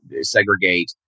segregate